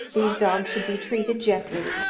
these dogs should be treated gently,